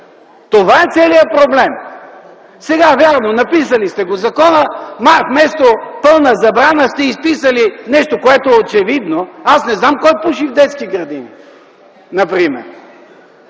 Това е целият проблем. Сега, вярно, написали сте го в закона - вместо „пълна забрана”, сте изписали нещо, което е очевидно – аз не знам кой пуши в детски градини например?!